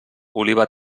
oliva